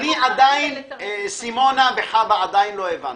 כתב האישום לא נמחק.